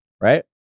right